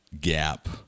gap